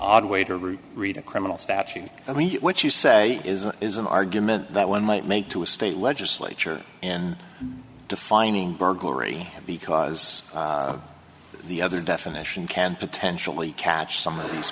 odd way to rule read a criminal statute i mean what you say is a is an argument that one might make to a state legislature in defining burglary because the other definition can potentially catch some of these